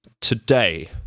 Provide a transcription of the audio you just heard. today